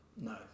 No